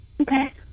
Okay